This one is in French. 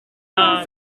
cent